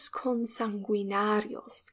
consanguinarios